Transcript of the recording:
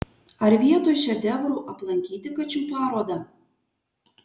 ar vietoj šedevrų aplankyti kačių parodą